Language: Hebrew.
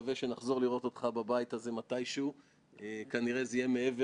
רמת שיתוף הפעולה והנכונות לקחת ולעשות